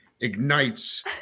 ignites